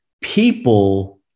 people